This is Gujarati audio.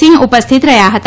સિંહ ઉપસ્થિત રહ્યા હતા